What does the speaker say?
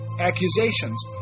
accusations